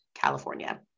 California